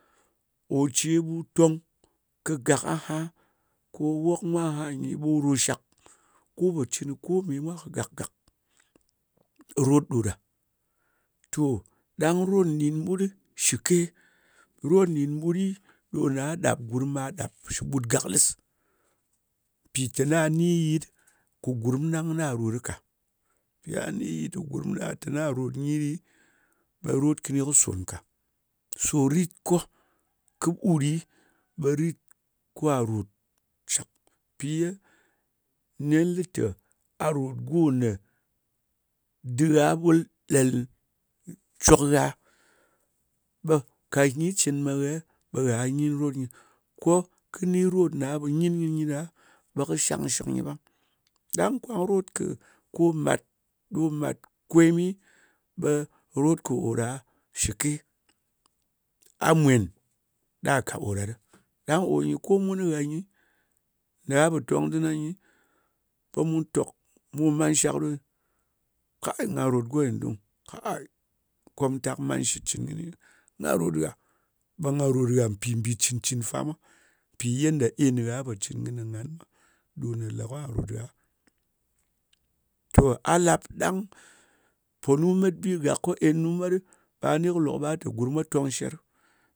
Ò ce ɓu tong kɨgak aha, kò wok mwa aha nyi, ɓu ròtshak, ku pò cɨn kome mwa kagak gàk. Rot ɗo ɗa. To ɗang rot nɗin ɓut ɗɨ shɨke. Rot nɗin ɓut ɗi, ɗo gha ɗap gurm, ba ɗap shɨ ɓut gàklɨs. Mpì tena nyi yɨt kɨ gurm ɗang na rot ɗɨ ka. Ya ni yɨt kɨ gurm ɗa lɨ tena ròt nyɨ ɗi, ɓe rot kɨni kɨ sòn ka. So rit ko kɨɓut ɗi ɓe rit kwa ròt shak. Mpì ye nen lɨ tè a rot go nē dɨ gha ɓul ɗel cok gha. Ɓe ka nyi cɨn mē ghae ɓa nyin rot nyɨ. Ko kɨ ni rot ko ye gha pò nyin kɨnɨ nyi ɗa ɓe kɨ shang shɨk nyi ɓang. Ɗang kwang rot, ɗo mat, ko mat kwemɨ ɓe rot kɨ ko ɗa shɨke. A mwen ɗa ka ko ɗa ɗɨ. Ɗang kò nyɨ ko mun kɨ gha ni, ɓe mu tok. Mu man shak ɗo nyɨ. Kayi nga ròt go nyɨ dung. Kayi, komtak man shitcɨn kɨni. Na rot gah, ɓe nga ròt gha mpì mbì cɨn cɨn fa mwa. Mpì yenda en ye gha pò cɨn kɨnɨ ngan mwa ɗo ne le ka rot gha. To a lap ɗang ponu met bigak kɨ en fun mwa, ɓa ni kɨ lok ɓa tè gurm mwa tong sher.